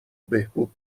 بهبود